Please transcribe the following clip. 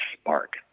spark